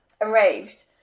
enraged